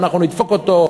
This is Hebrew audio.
אנחנו נדפוק אותו,